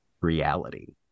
reality